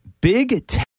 big